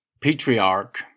patriarch